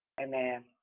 Amen